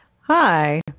Hi